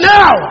now